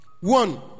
One